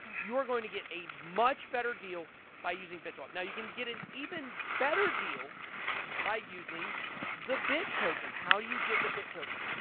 you're going to get a much better deal by using bitswap. now, you can get an even better deal by using the bitt token. how do you get the bitt token?